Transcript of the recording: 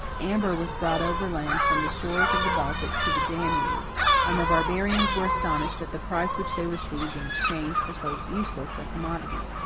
amber was brought over land from the shores of the baltic to the danube and the barbarians were astonished at the price which they received in exchange for so useless a commodity.